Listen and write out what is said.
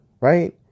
right